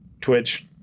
twitch